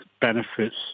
benefits